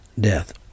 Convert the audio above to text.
death